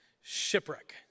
shipwreck